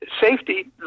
safety